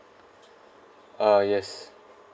uh yes